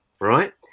right